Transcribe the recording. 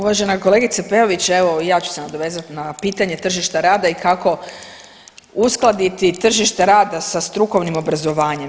Uvažena kolegice Peović evo ja ću se nadovezati na pitanje tržišta rada i kako uskladiti tržište rada sa strukovnim obrazovanjem.